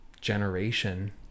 generation